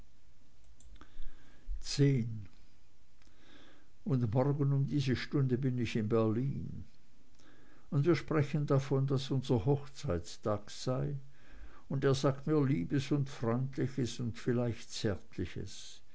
zehn und morgen um diese stunde bin ich in berlin und wir sprechen davon daß unser hochzeitstag sei und er sagt mir liebes und freundliches und vielleicht